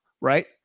right